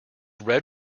red